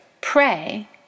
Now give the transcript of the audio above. pray